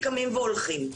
קמים והולכים.